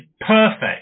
perfect